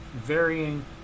varying